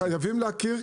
חייבים להכיר,